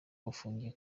bafungiye